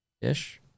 ish